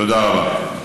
תודה רבה.